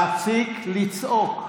תפסיק לצעוק.